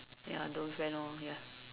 ya don't friend orh ya